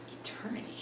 Eternity